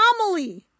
anomaly